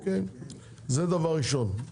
זה דבר ראשון.